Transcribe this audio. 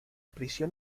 prisión